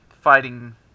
fighting